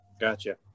Gotcha